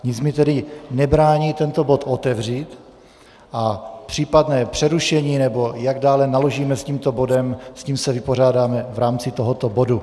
Nic mi tedy nebrání tento bod otevřít a případné přerušení, nebo jak dále naložíme s tímto bodem, s tím se vypořádáme v rámci tohoto bodu.